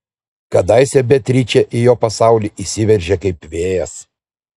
kadaise beatričė į jo pasaulį įsiveržė kaip vėjas